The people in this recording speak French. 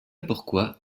pourquoi